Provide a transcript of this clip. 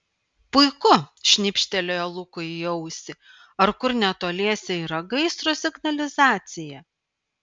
puiku šnibžtelėjo lukui į ausį ar kur netoliese yra gaisro signalizacija